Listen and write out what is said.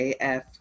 AF